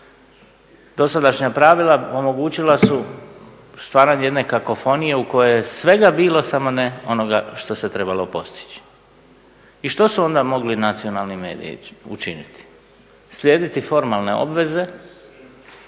Dosadašnja pravila omogućila su stvaranje jedne kakofonije u kojoj je svega bilo samo ne onoga što se trebalo postići. I što su onda mogli nacionalni mediji učiniti? Slijediti formalne obveze